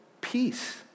peace